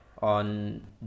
on